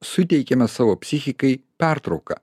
suteikiame savo psichikai pertrauką